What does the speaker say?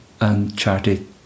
uncharted